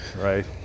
Right